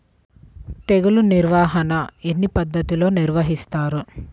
తెగులు నిర్వాహణ ఎన్ని పద్ధతులలో నిర్వహిస్తారు?